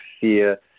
fear